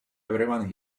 everyone